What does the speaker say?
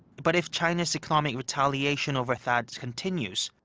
but if china's economic retaliation over thaad continues,